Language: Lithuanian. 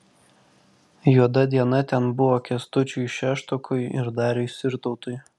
juoda diena ten buvo kęstučiui šeštokui ir dariui sirtautui